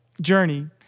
journey